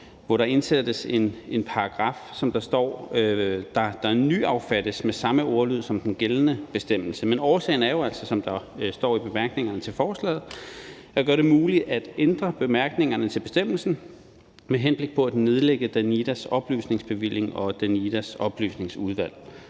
hvor der indsættes en paragraf, som affattes »med samme ordlyd som den gældende bestemmelse«. Men årsagen er jo, som der står i bemærkningerne til forslaget, at man vil »gøre det muligt at ændre bemærkningerne til bestemmelsen med henblik på at nedlægge Danidas oplysningsbevilling og Danidas Oplysningsudvalg«.